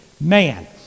man